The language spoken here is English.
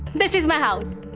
this is my house.